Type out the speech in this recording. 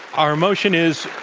our motion is,